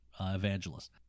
evangelist